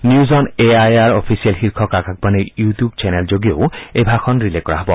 news on A I R official শীৰ্ষক আকাশবাণীৰ YouTube চেনেলযোগেও এই ভাষণ ৰীলে কৰা হ'ব